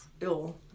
ill